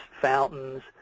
fountains